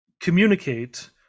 communicate